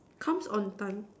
comes on time